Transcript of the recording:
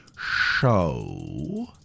show